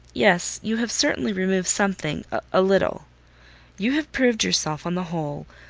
yes, you have certainly removed something a little you have proved yourself, on the whole,